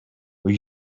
were